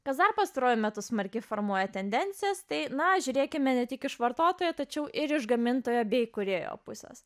kas dar pastaruoju metu smarkiai formuoja tendencijas tai na žiūrėkime ne tik iš vartotojo tačiau ir iš gamintojo bei kūrėjo pusės